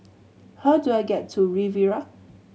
how do I get to Riviera